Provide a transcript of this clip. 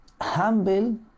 humble